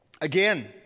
Again